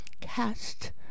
cast